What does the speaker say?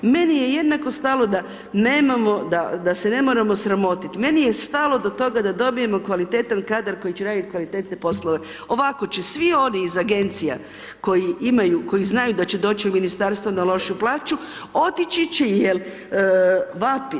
Meni je jednako stalo da nemamo, da se ne moramo sramotit, meni je stalo do toga da dobijemo kvaliteta kadar koji će radit kvalitetne poslove, ovako će svi oni iz agencija koji znaju da će doći u ministarstvo na lošiju plaću otići će jel vapi.